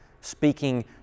Speaking